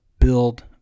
build